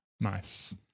Nice